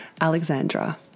Alexandra